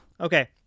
okay